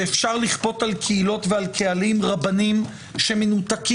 שאפשר לכפות על קהילות ועל קהלים רבנים שמנותקים